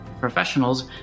professionals